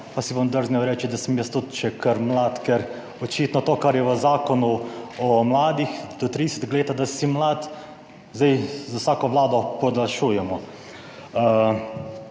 pa si bom drznil reči, da sem jaz tudi še kar mlad, ker očitno to, kar je v zakonu o mladih, do 30. leta da si mlad, zdaj za vsako vlado podaljšujemo.